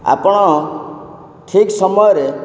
ଆପଣ ଠିକ୍ ସମୟରେ